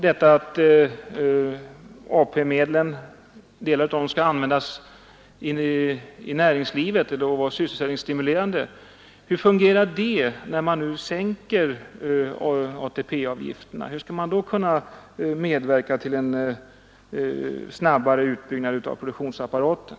Delar av AP-medlen skall ju användas i näringslivet och vara sysselsättningsstimulerande. Hur kommer det att fungera om man nu sänker ATP-avgifterna? Hur skall man då kunna medverka till en snabbare utbyggnad av produktionsapparaten?